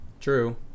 True